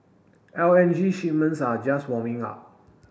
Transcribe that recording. L N G shipments are just warming up